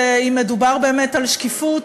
אם מדובר באמת על שקיפות,